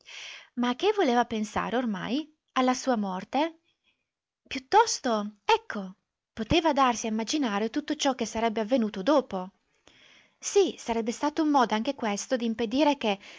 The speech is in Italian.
a che voleva pensare ormai alla sua morte piuttosto ecco poteva darsi a immaginare tutto ciò che sarebbe avvenuto dopo sì sarebbe stato un modo anche questo d'impedire che